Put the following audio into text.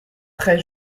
très